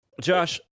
josh